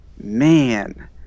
man